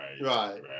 Right